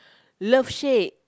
love shack